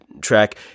track